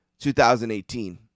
2018